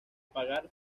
pagar